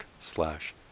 slash